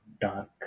dark